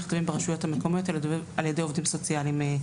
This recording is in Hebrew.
הם נכתבים ברשויות המקומיות על ידי עובדים סוציאליים.